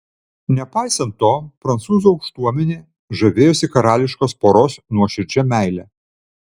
nepaisant to prancūzų aukštuomenė žavėjosi karališkos poros nuoširdžia meile